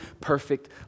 perfect